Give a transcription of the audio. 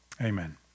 Amen